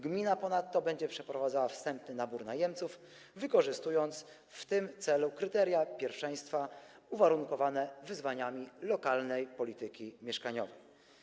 Gmina ponadto będzie przeprowadzała wstępny nabór najemców, wykorzystując w tym celu kryteria pierwszeństwa uwarunkowane wyzwaniami lokalnej polityki mieszkaniowej.